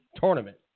tournament